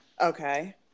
Okay